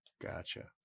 Gotcha